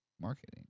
marketing